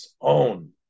own